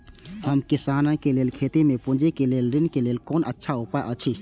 हम किसानके लेल खेती में पुंजी के लेल ऋण के लेल कोन अच्छा उपाय अछि?